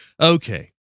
Okay